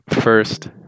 first